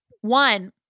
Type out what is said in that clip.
One